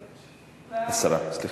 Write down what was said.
הסרה, סליחה.